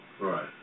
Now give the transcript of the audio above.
Right